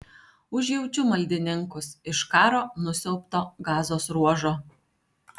užjaučiu maldininkus iš karo nusiaubto gazos ruožo